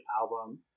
album